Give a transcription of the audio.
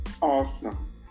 awesome